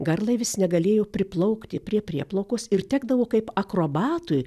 garlaivis negalėjo priplaukti prie prieplaukos ir tekdavo kaip akrobatui